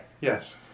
Yes